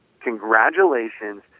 Congratulations